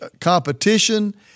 competition